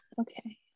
okay